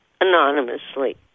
anonymously